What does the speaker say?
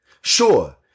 Sure